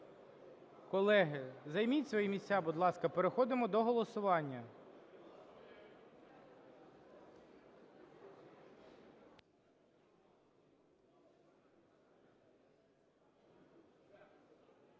Колеги, займіть свої місця, будь ласка, переходимо до голосування.